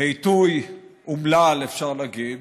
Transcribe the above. הוא בעיתוי אומלל, אפשר להגיד,